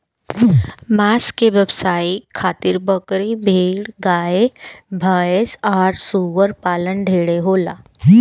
मांस के व्यवसाय खातिर बकरी, भेड़, गाय भैस आ सूअर पालन ढेरे होला